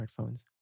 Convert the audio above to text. smartphones